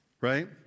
right